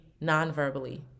non-verbally